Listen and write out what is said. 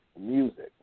music